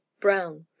brown